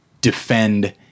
defend